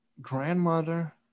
grandmother